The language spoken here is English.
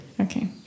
Okay